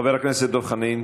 חבר הכנסת דב חנין,